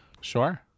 Sure